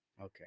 Okay